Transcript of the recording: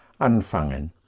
anfangen